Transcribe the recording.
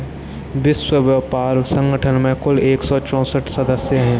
विश्व व्यापार संगठन में कुल एक सौ चौसठ सदस्य हैं